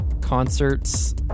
concerts